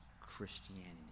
Christianity